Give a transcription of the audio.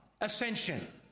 Ascension